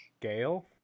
Gale